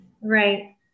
Right